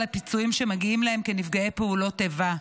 הפיצויים שמגיעים להם כנפגעי פעולות איבה.